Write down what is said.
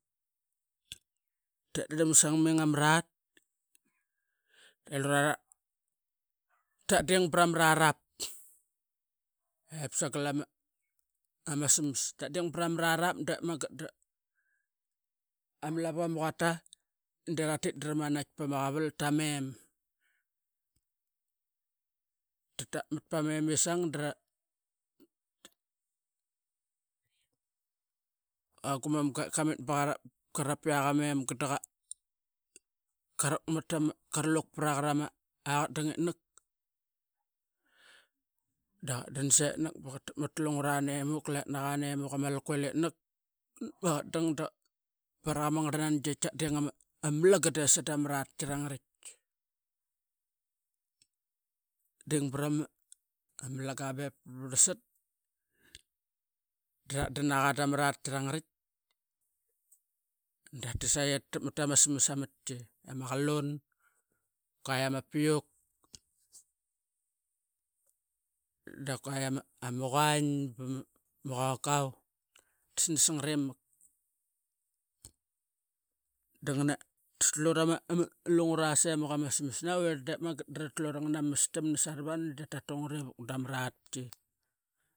Tatdrlam sangming prama rat delu rera tatding prama bra rarap sagal ama smas, tatding prama rarap dep magat da ma lavu ama quata dera ratit da ra manait pama qaval ta mem. Ta tap mat pama memisang. Qua guman qamit baqa rap piak am mem ga daqa ramat tama karuluk tama a qat dangit mak. Daqatdan setmak baqa tak mat tlungura ne mak letuaqa nemuk ama lukil itnak nepma qatdang baraqa ama ngarl nangi ip tiatding ama malanga sadama ratki arangartit dra tit sai tama smas samatki iama qalun, kua ama piuk, da kua ama quain ba ma qokau, eta snas ngat. Dangana rutlu rama lungura semuk ama smas navirl dep magat dra tlu ranganama mastamna saravanu eta tungat ivuk dama ratki.